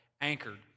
Anchored